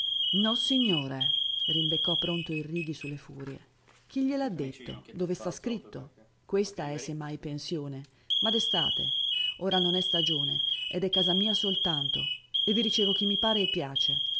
occhi nossignore rimbeccò pronto il righi su le furie chi gliel'ha detto dove sta scritto questa è se mai pensione ma d'estate ora non è stagione ed è casa mia soltanto e vi ricevo chi mi pare e piace